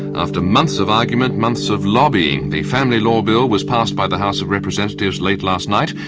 after months of argument, months of lobbying, the family law bill was passed by the house of representatives late last night,